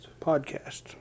Podcast